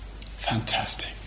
fantastic